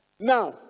now